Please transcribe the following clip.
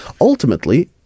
ultimately